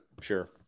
Sure